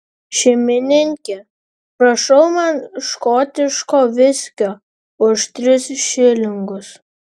šeimininke prašau man škotiško viskio už tris šilingus